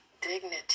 Dignity